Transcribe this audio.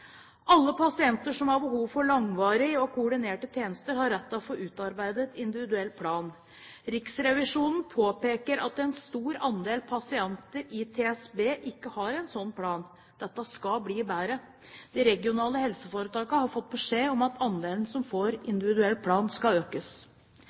Alle pasienter som har behov for langvarige og koordinerte tjenester, har rett til å få utarbeidet en individuell plan. Riksrevisjonen påpeker at en stor andel pasienter i TSB ikke har en slik plan. Dette skal bli bedre. De regionale helseforetakene har fått beskjed om at andelen som får